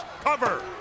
cover